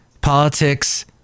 Politics